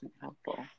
helpful